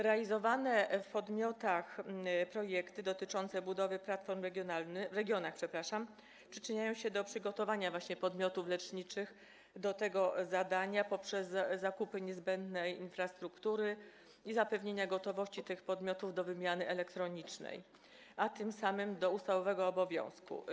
Realizowane w regionach projekty dotyczące budowy platform regionalnych przyczyniają się do przygotowania właśnie podmiotów leczniczych do tego zadania poprzez zakupy niezbędnej infrastruktury i zapewnienia gotowości tych podmiotów do wymiany elektronicznej, a tym samym do ustawowego obowiązku.